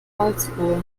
karlsruhe